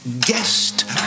guest